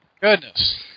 Goodness